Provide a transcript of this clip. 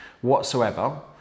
whatsoever